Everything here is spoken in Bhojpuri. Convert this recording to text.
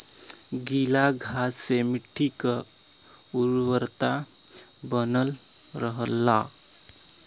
गीला घास से मट्टी क उर्वरता बनल रहला